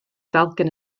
dalcen